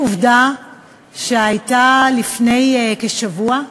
יש איזה תקנון שיכול לעצור אותך בדיבור?